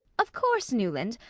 of course, newland,